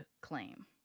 claim